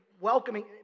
welcoming